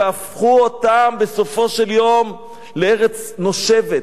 והפכו אותם בסופו של יום לארץ נושבת,